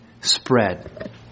spread